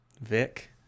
Vic